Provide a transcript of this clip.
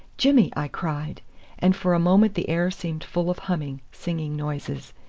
jimmy! i cried and for a moment the air seemed full of humming, singing noises,